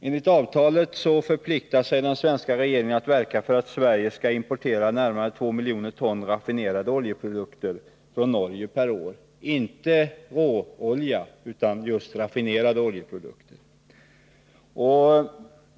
Enligt avtalet förpliktar sig den svenska regeringen att verka för att Sverige skall importera närmare 2 miljoner ton raffinerade oljeprodukter från Norge per år, inte råolja utan just raffinerade oljeprodukter.